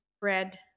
bread